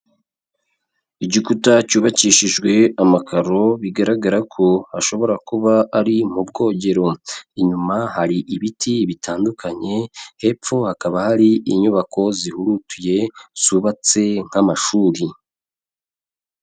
Igikuta cyubakishijwe amakaro, bigaragara ko hashobora kuba ari mubwogero, inyuma hari ibiti bitandukanye, hepfo hakaba hari inyubako zihurutuye zubatse nk'amashuri.